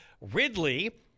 Ridley